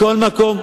מכל מקום,